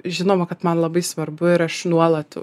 žinoma kad man labai svarbu ir aš nuolat